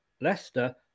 leicester